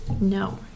No